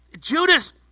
Judas